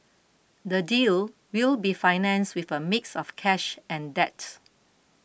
the deal will be financed with a mix of cash and debt